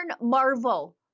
marvel